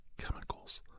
chemicals